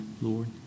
Lord